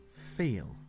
feel